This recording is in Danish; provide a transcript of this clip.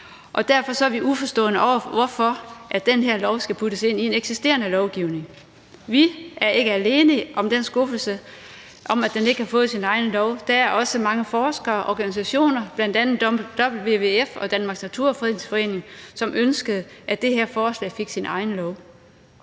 og derfor er vi uforstående over for, at den her lov skal puttes ind i en eksisterende lovgivning. Vi er ikke alene om den skuffelse over, at den ikke har fået sin egen lov. Der var også mange forskere og organisationer, bl.a. WWF og Danmarks Naturfredningsforening, som ønskede, at det her forslag fik sin egen lov.